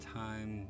time